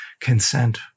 consent